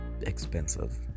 expensive